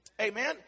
Amen